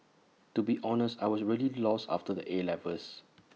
to be honest I was really lost after the 'A' levels